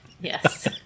Yes